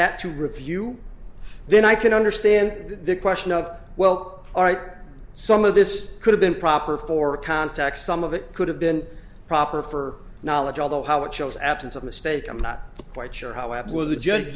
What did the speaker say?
that to review then i can understand the question of well all right some of this could have been proper for context some of it could have been proper for knowledge although how it shows absence of mistake i'm not quite sure how